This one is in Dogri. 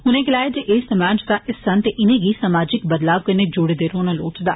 उनें गलाया ऐ जे समाज दा हिस्सा न ते इनेंगी सामाजिक बदलाव कन्नै जुडे दे रौह्ना लोड़चदा